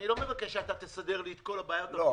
אני לא מבקש ממך שאתה תסדר לי את כל הבעיות הפוליטיות,